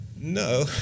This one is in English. No